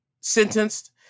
sentenced